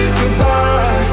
goodbye